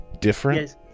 different